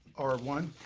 r one.